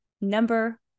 number